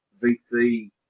VC